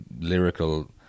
lyrical